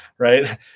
right